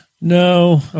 No